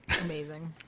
Amazing